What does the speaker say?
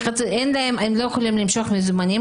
הם לא יכולים למשוך מזומנים,